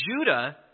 Judah